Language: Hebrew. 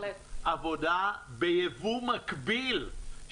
קבועה בעניין הזה.